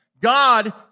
God